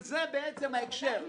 זה ההקשר.